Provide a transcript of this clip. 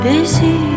Busy